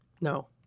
no